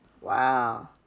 Wow